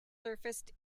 surfaced